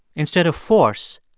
instead of force,